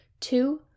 Two